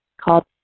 called